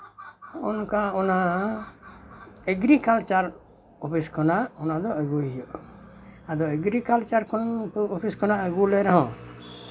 ᱚᱱᱠᱟ ᱚᱱᱟ agriculture office ᱠᱷᱚᱱᱟᱜ ᱚᱱᱟ ᱫᱚ ᱟᱹᱜᱩᱭ ᱦᱩᱭᱩᱜᱼᱟ ᱟᱫᱚ ᱮᱜᱽᱨᱤᱠᱟᱞᱪᱟᱨ ᱠᱷᱚᱱ ᱚᱯᱷᱤᱥ ᱠᱷᱚᱱᱟᱜ ᱟᱹᱜᱩ ᱞᱮ ᱨᱮᱦᱚᱸ